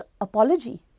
apology